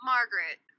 Margaret